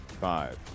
Five